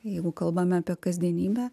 jeigu kalbame apie kasdienybę